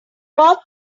bought